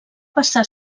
passar